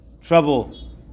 trouble